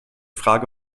frage